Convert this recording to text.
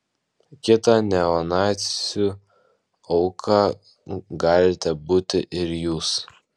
kita neonacių auka galite būti ir jūs